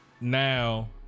now